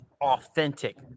authentic